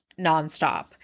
nonstop